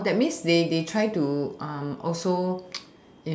that means they they try to also